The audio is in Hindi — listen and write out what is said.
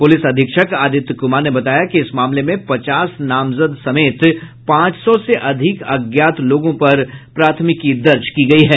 पुलिस अधीक्षक आदित्य कुमार ने बताया कि इस मामले में पचास नामजद समेत पांच सौ से अधिक अज्ञात पर प्राथमिकी दर्ज की गई है